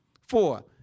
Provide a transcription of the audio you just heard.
four